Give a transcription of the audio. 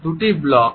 দুটি ব্লক